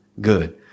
good